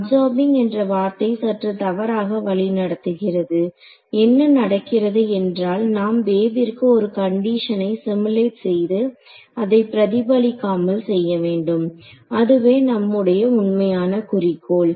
absorbing என்ற வார்த்தை சற்று தவறாக வழிநடத்துகிறது என்ன நடக்கிறது என்றால் நாம் வேவிற்கு ஒரு கண்டிஷனை சிமுலேட் செய்து அதை பிரதிபலிக்காமல் செய்ய வேண்டும் அதுவே நம்முடைய உண்மையான குறிக்கோள்